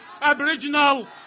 Aboriginal